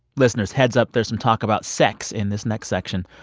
listeners, heads up, there's some talk about sex in this next section.